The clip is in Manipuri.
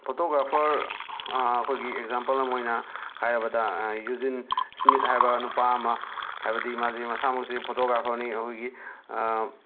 ꯐꯣꯇꯣꯒ꯭ꯔꯥꯐꯔ ꯑꯩꯈꯣꯏꯒꯤ ꯑꯦꯛꯖꯥꯝꯄꯜ ꯑꯃ ꯑꯣꯏꯅ ꯍꯥꯏꯔꯕꯗ ꯌꯨꯖꯤꯟ ꯁ꯭ꯃꯤꯊ ꯍꯥꯏꯕ ꯅꯨꯄꯥ ꯑꯃ ꯍꯥꯏꯕꯗꯤ ꯃꯥꯁꯦ ꯃꯁꯥꯃꯛꯁꯦ ꯐꯣꯇꯣꯒ꯭ꯔꯥꯐꯔꯅꯤ ꯑꯩꯈꯣꯏꯒꯤ